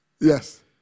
Yes